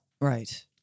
Right